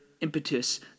Impetus